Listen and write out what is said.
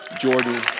Jordan